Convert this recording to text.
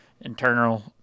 internal